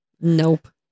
Nope